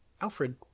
Alfred